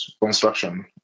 construction